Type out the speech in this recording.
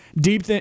deep